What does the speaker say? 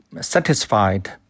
satisfied